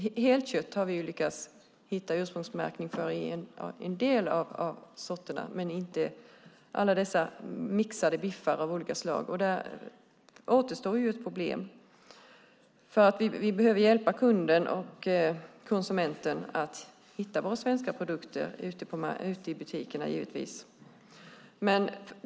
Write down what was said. För helt kött har vi lyckats hitta ursprungsmärkning i en del av sorterna, men inte alla dessa mixade biffar av olika slag. Där återstår ett problem. Vi behöver hjälpa kunden och konsumenten att hitta våra svenska produkter ute i butikerna.